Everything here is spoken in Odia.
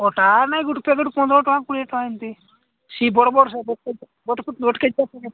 ପଟା ନାହିଁ କୋଉଠି ପ୍ୟାକେଟ ପନ୍ଦର ଟଙ୍କା କୋଡ଼ିଏ ଟଙ୍କା ଏମିତି